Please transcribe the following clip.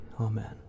Amen